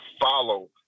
follow